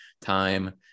time